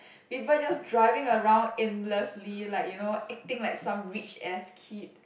people just driving around aimlessly like you know acting like some rich ass kid